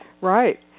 Right